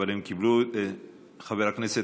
חבר הכנסת